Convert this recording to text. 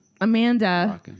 Amanda